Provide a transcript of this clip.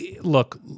Look